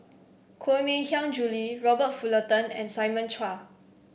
Koh Mui Hiang Julie Robert Fullerton and Simon Chua